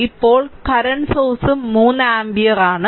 ഇപ്പോൾ നിലവിലുള്ള സോഴ്സ്സും 3 ആമ്പിയർ ആണ്